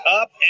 Up